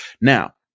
Now